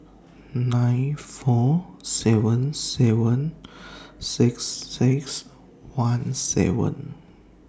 nine four seven seven six six one seven